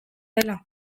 dela